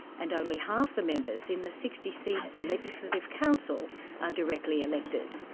and only half the members in the sixty seat legislative council are directly elected.